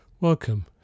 Welcome